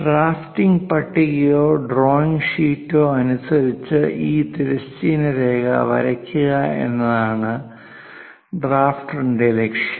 drafting പട്ടികയോ drawing ഷീറ്റോ അനുസരിച്ച് ഒരു തിരശ്ചീന രേഖ വരയ്ക്കുക എന്നതാണ് ഡ്രാഫ്റ്ററിന്റെ ലക്ഷ്യം